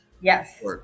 Yes